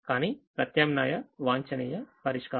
కానీ ప్రత్యామ్నాయ వాంఛనీయ పరిష్కారం